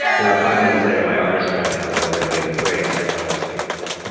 and five minutes later, my artist friend comes over to me with great excitement on his face, and said,